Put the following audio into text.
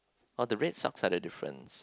oh the red socks are the difference